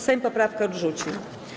Sejm poprawki odrzucił.